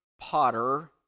potter